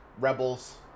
Rebels